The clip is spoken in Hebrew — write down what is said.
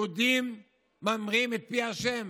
יהודים ממרים את פי השם,